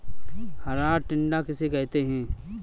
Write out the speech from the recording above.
हरा टिड्डा किसे कहते हैं?